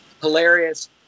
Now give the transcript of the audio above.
hilarious